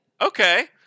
Okay